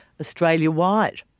Australia-wide